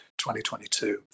2022